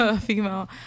female